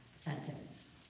sentence